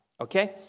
Okay